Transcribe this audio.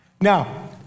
Now